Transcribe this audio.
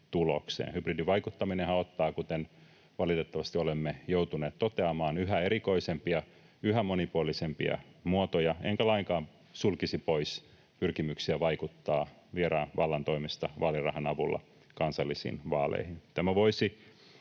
Hybridivaikuttaminenhan ottaa, kuten valitettavasti olemme joutuneet toteamaan, yhä erikoisempia, yhä monipuolisempia muotoja, enkä lainkaan sulkisi pois pyrkimyksiä vaikuttaa vieraan vallan toimesta vaalirahan avulla kansallisiin vaaleihin.